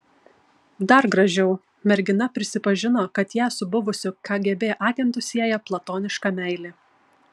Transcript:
dar gražiau mergina prisipažino kad ją su buvusiu kgb agentu sieja platoniška meilė